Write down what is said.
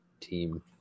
team